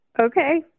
Okay